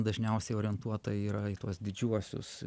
dažniausiai orientuota yra į tuos didžiuosius